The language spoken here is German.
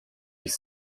ich